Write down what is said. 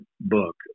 book